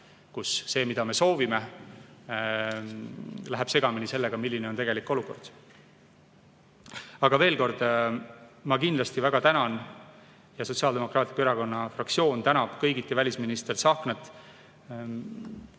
kus see, mida me soovime, läheb segamini sellega, milline on tegelik olukord. Aga veel kord: ma kindlasti väga tänan ja Sotsiaaldemokraatliku Erakonna fraktsioon tänab kõigiti välisminister Tsahknat